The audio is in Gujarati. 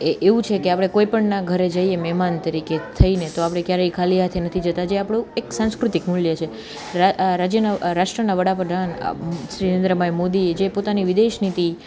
એ એવું છે કે આપણે કોઈ પણના ઘરે જઈએ મહેમાન તરીકે થઈને તો આપણે કયારેય ખાલી હાથે નથી જતાં જે આપણું એક સાંસ્કૃતિક મૂલ્ય છે રા રાજ્યના રાષ્ટ્રના વડાપ્રધાન શ્રી નરેન્દ્રભાઈ મોદીએ જે પોતાની વિદેશનિતી